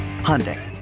Hyundai